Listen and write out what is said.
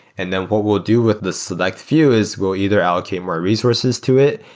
and then what we'll do with the select few is we'll either allocate more resources to it.